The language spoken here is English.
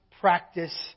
practice